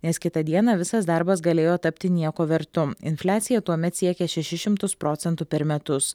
nes kitą dieną visas darbas galėjo tapti nieko vertu infliacija tuomet siekė šešis šimtus procentų per metus